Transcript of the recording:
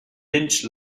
lynch